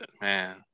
man